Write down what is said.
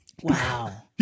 Wow